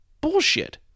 Bullshit